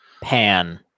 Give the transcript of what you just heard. Pan